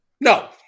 No